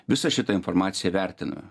visą šitą informaciją vertina